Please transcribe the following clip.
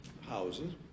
houses